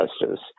justice